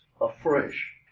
afresh